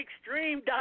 extreme